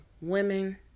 women